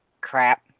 crap